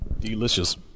delicious